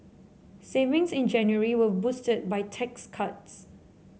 savings in January were boosted by tax cuts